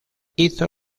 hizo